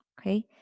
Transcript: Okay